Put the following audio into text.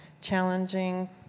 challenging